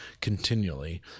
continually